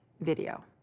video